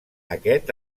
aquest